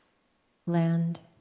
land